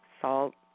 salt